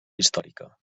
històrica